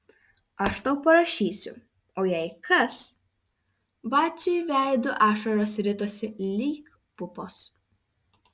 aš tau parašysiu o jei kas vaciui veidu ašaros ritosi lyg pupos